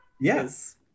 yes